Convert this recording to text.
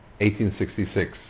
1866